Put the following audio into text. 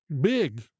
big